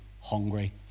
hungry